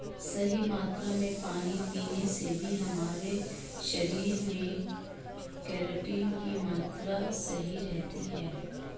सही मात्रा में पानी पीने से भी हमारे शरीर में केराटिन की मात्रा सही रहती है